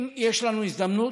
אם יש לנו הזדמנות,